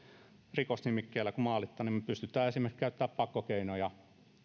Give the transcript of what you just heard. rikosnimikkeellä kuin maalittaminen me pystymme esimerkiksi käyttämään pakkokeinoja